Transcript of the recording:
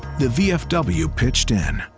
the vfw pitched in,